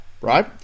right